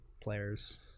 players